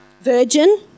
Virgin